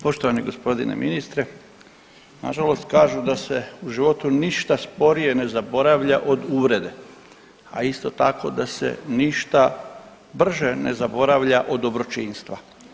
Poštovani g. ministre, nažalost kažu da se u životu ništa sporije ne zaboravlja od uvrede, a isto tako da se ništa brže ne zaboravlja od dobročinstva.